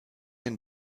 den